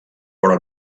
però